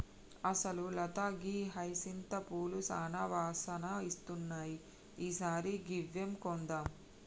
అసలు లత గీ హైసింత పూలు సానా వాసన ఇస్తున్నాయి ఈ సారి గివ్వే కొందాం